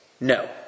No